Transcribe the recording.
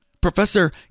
Professor